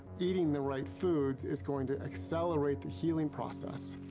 eating the right foods is going to accelerate the healing process.